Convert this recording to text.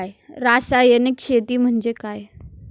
रासायनिक शेती म्हणजे काय?